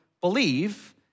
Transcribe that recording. believe